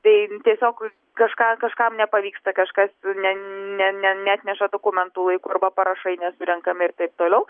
tai tiesiog kažką kažkam nepavyksta kažkas ne ne ne neatneša dokumentų laiku arba parašai nesurenkami ir taip toliau